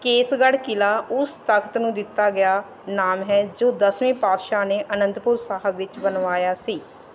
ਕੇਸਗੜ੍ਹ ਕਿਲ੍ਹਾ ਉਸ ਤਖ਼ਤ ਨੂੰ ਦਿੱਤਾ ਗਿਆ ਨਾਮ ਹੈ ਜੋ ਦਸਵੇਂ ਪਾਤਸ਼ਾਹ ਨੇ ਅਨੰਦਪੁਰ ਸਾਹਿਬ ਵਿੱਚ ਬਣਵਾਇਆ ਸੀ